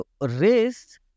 race